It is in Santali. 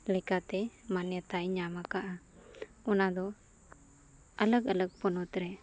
ᱞᱮᱠᱟᱛᱮ ᱢᱟᱱᱱᱚᱛᱟᱭ ᱧᱟᱢ ᱠᱟᱜᱼᱟ ᱚᱱᱟ ᱫᱚ ᱟᱞᱟᱠ ᱟᱞᱟᱠ ᱯᱚᱱᱚᱛ ᱨᱮ